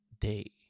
day